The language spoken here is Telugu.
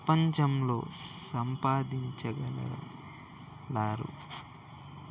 ప్రపంచంలో సంపాదించగలిలారు